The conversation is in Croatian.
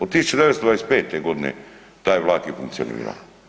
Od 1925. godine taj vlak je funkcionirao.